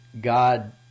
God